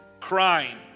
crying